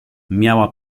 miała